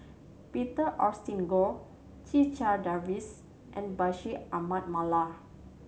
Peter Augustine Goh Checha Davies and Bashir Ahmad Mallal